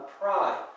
pride